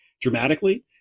dramatically